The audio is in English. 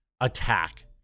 attack